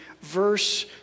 verse